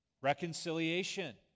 Reconciliation